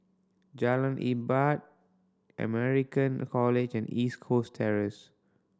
Jalan American College and East Coast Terrace